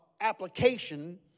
application